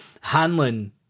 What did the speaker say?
Hanlon